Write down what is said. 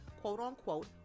quote-unquote